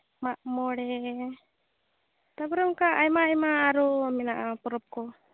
ᱢᱟᱜᱢᱚᱬᱮ ᱛᱟᱯᱚᱨᱮ ᱚᱱᱠᱟ ᱟᱭᱢᱟ ᱟᱭᱢᱟ ᱢᱮᱱᱟᱜᱼᱟ ᱯᱚᱨᱚᱵᱽ ᱠᱚ